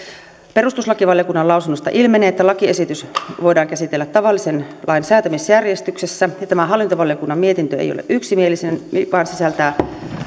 perustuslakivaliokunnan lausunnosta ilmenee että lakiesitys voidaan käsitellä tavallisen lain säätämisjärjestyksessä tämä hallintovaliokunnan mietintö ei ole yksimielinen vaan sisältää